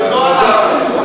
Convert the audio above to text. מהבית וחזרת.